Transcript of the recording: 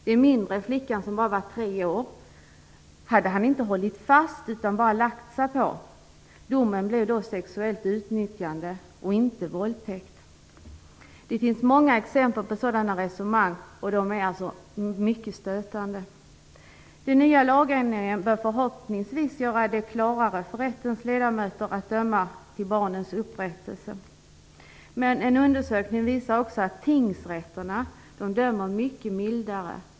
Den mindre flickan, som bara var tre år, hade han inte hållit fast utan lagt sig på. Domen blev då sexuellt utnyttjande och inte våldtäkt. Det finns många exempel på den typen av resonemang som är mycket stötande. Den nya lagändringen bör förhoppningsvis göra det lättare för rättens ledamöter att döma till barnens upprättelse. En undersökning visar också att tingsrätterna dömer mycket mildare.